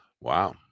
Wow